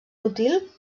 útil